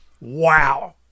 wow